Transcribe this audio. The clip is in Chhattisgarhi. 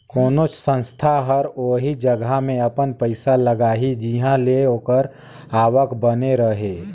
कोनोच संस्था हर ओही जगहा में अपन पइसा लगाही जिंहा ले ओकर आवक बने रहें